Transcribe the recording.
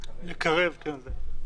לקרב, כן.